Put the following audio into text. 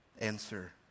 Answer